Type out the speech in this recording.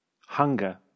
Hunger